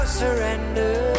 surrender